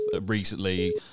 recently